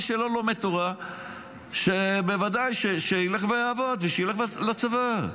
מי שלא לומד תורה בוודאי שילך ויעבוד ושילך לצבא.